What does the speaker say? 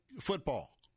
football